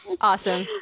Awesome